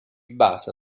basa